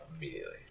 Immediately